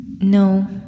no